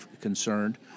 concerned